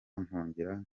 nkongera